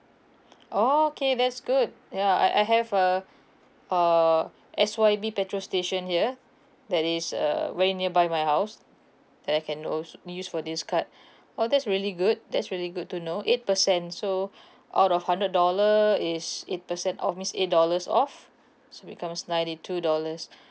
oh okay that's good ya I I have uh uh S Y B petrol station here that is uh very nearby my house that I can also make use for this card oh that's really good that is really good to know eight percent so out of hundred dollar is eight percent off means eight dollars off so becomes ninety two dollars